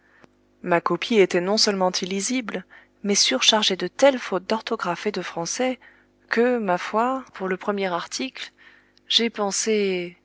ma copie était non seulement illisible mais surchargée de telles fautes d'orthographe et de français que ma foi pour le premier article j'ai pensé